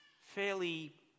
fairly